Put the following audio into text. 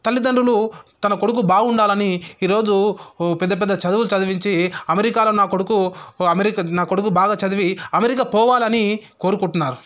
తల్లిదండ్రులు తన కొడుకు బాగుండాలని ఈరోజు పెద్ద పెద్ద చదువులు చదివించి అమెరికాలో నా కొడుకు అమెరికా నా కొడుకు బాగా చదివి అమెరికా పోవాలని కోరుకుంటున్నారు